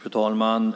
Fru talman!